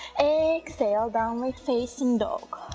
exhale, downward facing dog,